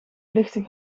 lichten